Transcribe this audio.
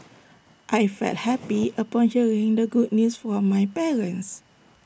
I felt happy upon hearing the good news from my parents